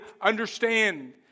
understand